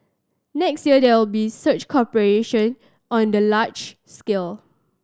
next year there will be such cooperation on the large scale